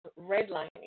redlining